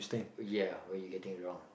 ya what you getting wrong